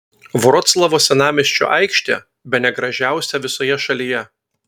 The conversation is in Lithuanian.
vroclavo senamiesčio aikštė bene gražiausia visoje šalyje